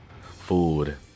food